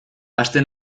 aste